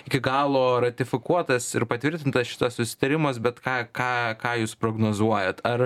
iki galo ratifikuotas ir patvirtintas šitas susitarimas bet ką ką ką jūs prognozuojat ar